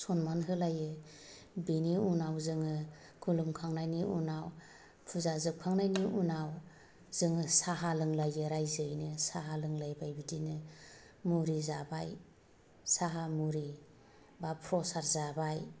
सन्मान होलायो बेनि उनाव जोङो खुलुमखांनायनि उनाव फुजा जोबखांनायनि उनाव जोङो साहा लोंलायो रायजोयैनो रायजोयैनो साहा लोंलायबाय बिदिनो मुरि जाबाय साहा मुरिबा प्रसाद जाबाय